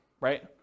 right